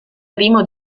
primo